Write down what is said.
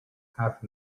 half